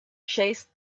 chased